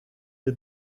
you